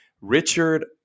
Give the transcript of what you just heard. Richard